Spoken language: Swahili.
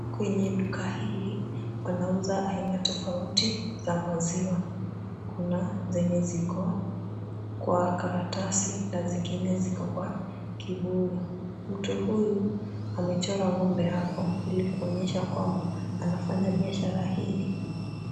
Kwenye duka hili wanauza aina tofauti za maziwa. Kuna zenye ziko kwa karatasi na zingine ziko kwa kibuyu. Mtu huyu amechora ng'ombe hapo ili kuonyesha kwamba anafanya biashara hili.